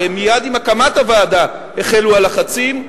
הרי מייד בתחילת הקמת הוועדה החלו הלחצים,